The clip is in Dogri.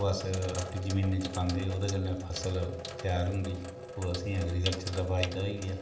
ओह् अस अपनी जमीनें च पांदे ओह्दे कन्नै फसल त्यार होंदी ओह् असेंगी ऐग्रीकल्चर दा फायदा होई गेआ